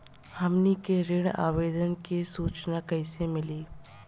हमनी के ऋण आवेदन के सूचना कैसे मिली?